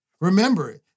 Remember